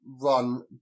run